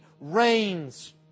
reigns